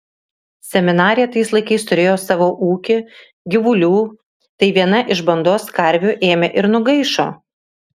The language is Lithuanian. seminarija tais laikais turėjo savo ūkį gyvulių tai viena iš bandos karvių ėmė ir nugaišo